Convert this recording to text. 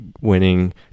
winning